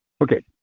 Okay